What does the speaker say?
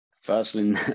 Firstly